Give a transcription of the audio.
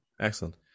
excellent